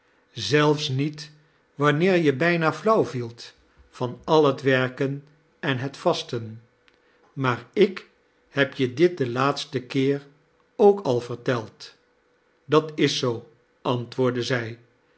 s niet wamieer je bijna flauw vielt van al het werken en het vasten maar ik heb je dit den laatsten keer ook al verteld dat is zoo antwoordde zij